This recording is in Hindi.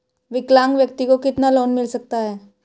विकलांग व्यक्ति को कितना लोंन मिल सकता है?